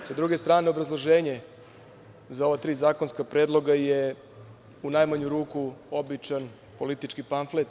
S druge strane, obrazloženje za ova tri zakonska predloga je u najmanju ruku običan politički pamflet.